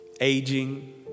aging